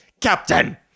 Captain